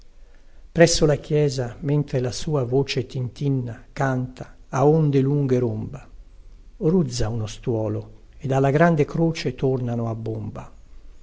presso la chiesa mentre la sua voce tintinna canta a onde lunghe romba ruzza uno stuolo ed alla grande croce tornano a bomba